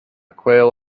quail